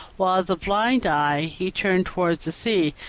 while the blind eye he turned towards the sea,